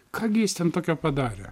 ką gi jis ten tokio padarė